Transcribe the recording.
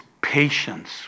patience